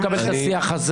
אני לא מקבל את השיח הזה.